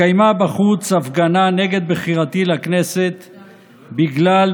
התקיימה בחוץ הפגנה נגד בחירתי לכנסת בגלל,